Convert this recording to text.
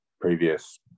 previous